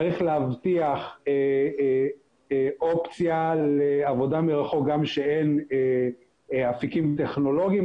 צריך להבטיח אופציה לעבודה מרחוק גם כשאין אפיקים טכנולוגיים,